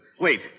Wait